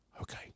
okay